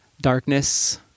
darkness